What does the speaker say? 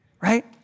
right